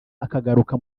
akagaruka